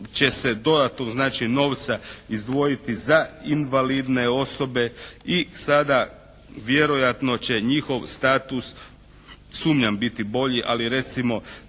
će se dodatno znači, novca izdvojiti za invalidne osobe. I sada, vjerojatno će njihov status, sumnjam biti bolji, ali recimo